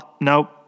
Nope